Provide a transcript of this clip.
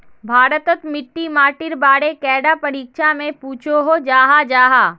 भारत तोत मिट्टी माटिर बारे कैडा परीक्षा में पुछोहो जाहा जाहा?